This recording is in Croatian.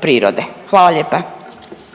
prirode? Hvala lijepo.